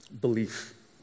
belief